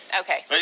Okay